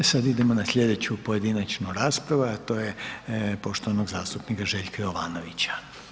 Sada idemo na sljedeću pojedinačnu raspravu, a to je poštovanog zastupnika Željka Jovanovića.